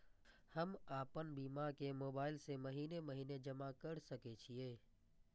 हम आपन बीमा के मोबाईल से महीने महीने जमा कर सके छिये?